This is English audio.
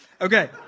Okay